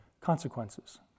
consequences